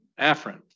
Afrin